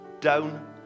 down